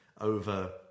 over